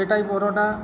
পেটাই পরোটা